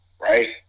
right